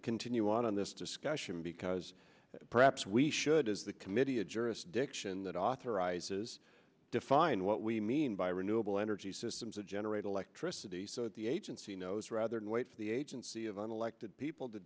continue on this discussion because perhaps we should as the committee of jurisdiction that authorizes define what we mean by renewable energy systems and generate electricity so that the agency knows rather than wait for the agency of unelected people to